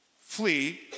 flee